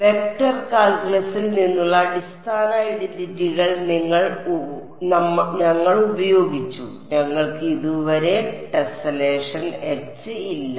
vector കാൽക്കുലസിൽ നിന്നുള്ള അടിസ്ഥാന ഐഡന്റിറ്റികൾ ഞങ്ങൾ ഉപയോഗിച്ചു ഞങ്ങൾക്ക് ഇതുവരെ ടെസ്സലേഷൻ H ഇല്ല